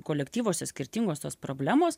kolektyvuose skirtingos tos problemos